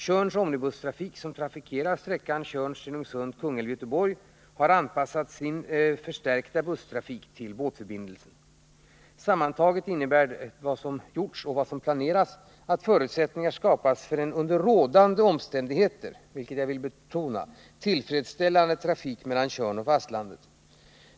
Tjörns Omnibustrafik som trafikerar sträckan Tjörn-Stenungsund-Kungälv-Göteborg har anpassat sin förstärkta busstrafik till båtförbindelsen. Sammantaget innebär de insatta och planerade åtgärderna att förutsättningar skapats för en — under rådande omständigheter vilket jag vill betona — tillfredsställande trafik mellan Tjörn och fastlandet.